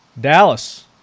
Dallas